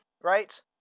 right